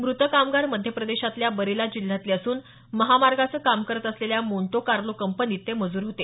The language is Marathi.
मृत कामगार मध्यप्रदेशातल्या बरेला जिल्ह्यातले असून महामार्गाचं काम करत असलेल्या मोंटोकार्लो कंपनीत ते मजूर होते